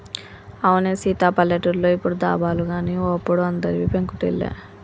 అవునే సీత పల్లెటూర్లో ఇప్పుడు దాబాలు గాని ఓ అప్పుడు అందరివి పెంకుటిల్లే